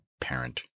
parent